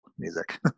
music